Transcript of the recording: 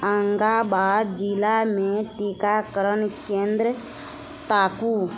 आङ्गाबाद जिलामे टीकाकरण केन्द्र ताकू